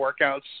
workouts